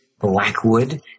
Blackwood